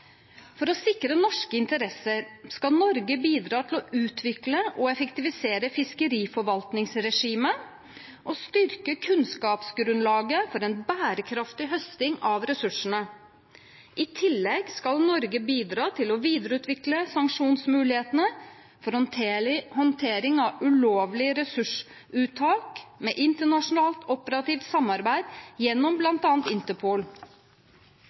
For å sikre norske interesser skal Norge bidra til å utvikle og effektivisere fiskeriforvaltningsregimet og styrke kunnskapsgrunnlaget for en bærekraftig høsting av ressursene. I tillegg skal Norge bidra til å videreutvikle sanksjonsmulighetene for håndtering av ulovlig ressursuttak med internasjonalt operativt samarbeid gjennom bl.a. Interpol.